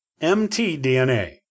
MT-DNA